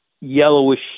yellowish